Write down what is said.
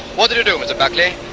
what did you do, buckley.